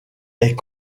est